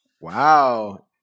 Wow